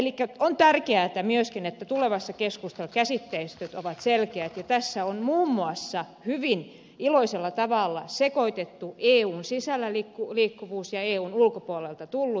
elikkä on myöskin tärkeää että tulevassa keskustelussa käsitteistöt ovat selkeät ja tässä on muun muassa hyvin iloisella tavalla sekoitettu eun sisällä liikkuvat ja eun ulkopuolelta tulleet